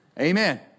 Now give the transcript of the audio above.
Amen